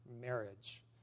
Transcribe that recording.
marriage